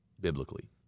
biblically